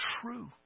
true